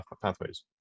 pathways